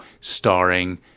starring